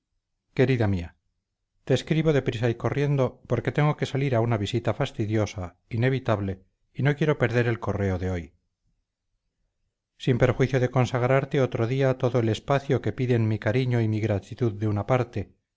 querida mía te escribo de prisa y corriendo porque tengo que salir a una visita fastidiosa inevitable y no quiero perder el correo de hoy sin perjuicio de consagrarte otro día todo el espacio que piden mi cariño y mi gratitud de una parte